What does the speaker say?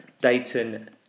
Dayton